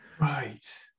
Right